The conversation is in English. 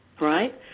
right